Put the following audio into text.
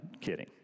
kidding